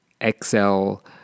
excel